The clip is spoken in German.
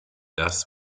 das